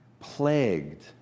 plagued